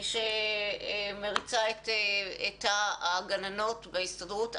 מי שמריצה את הגננות בהסתדרות.